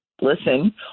listen